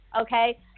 Okay